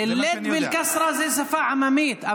א-לד מן-אל-כסרה זה שפה עממית,